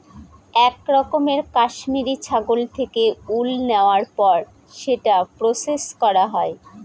এক রকমের কাশ্মিরী ছাগল থেকে উল নেওয়ার পর সেটা প্রসেস করা হয়